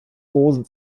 rosen